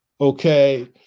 okay